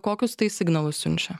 kokius signalus siunčia